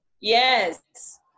Yes